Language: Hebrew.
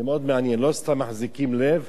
זה מאוד מעניין, לא סתם מחזיקים לב.